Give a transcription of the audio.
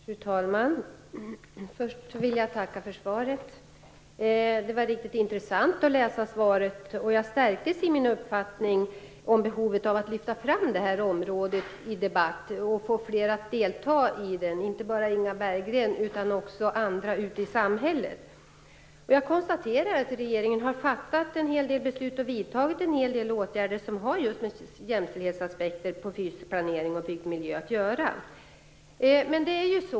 Fru talman! Först vill jag tacka för svaret. Det var riktigt intressant att läsa svaret. Jag stärktes i min uppfattning om behovet av att lyfta fram detta område i debatten och få fler att delta i den, inte bara Inga Berggren utan också andra ute i samhället. Jag konstaterar att regeringen har fattat en hel del beslut och vidtagit en hel del åtgärder som har att göra med just jämställdhetsaspekter på fysisk planering och byggd miljö.